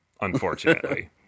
unfortunately